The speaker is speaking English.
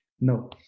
No